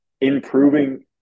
improving